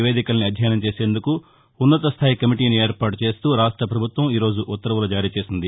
నివేదికల్ని అధ్యయనం చేసేందుకు ఉన్నతస్థాయి కమిటీని ఏర్పాటు చేస్తూ రాష్ట ప్రపభుత్వం ఈ రోజు ఉత్వర్వులు జారీ చేసింది